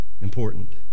important